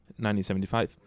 1975